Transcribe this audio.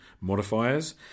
modifiers